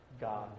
God